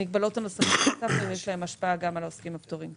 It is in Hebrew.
המגבלות הנוספות יש להן השפעה גם על העוסקים הפטורים.